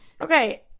Okay